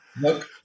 Look